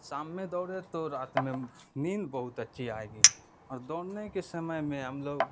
شام میں دوڑے تو رات میں نیند بہت اچھی آئے گی اور دوڑنے کے سمے میں ہم لوگ